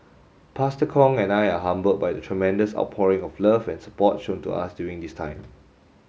Pastor Kong and I are humbled by the tremendous outpouring of love and support shown to us during this time